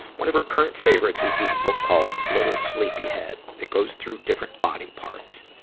one of her current favorites is this book called little sleepy head that goes through different body parts.